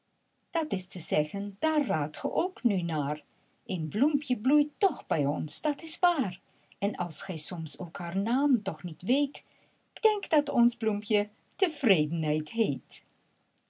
is te zeggen daar raadt ge ook nu naar één bloempje bloeit toch bij ons dat is waar pieter louwerse alles zingt en als gij soms ook haar naam nog niet weet k denk dat ons bloempje tevredenheid heet